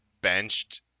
benched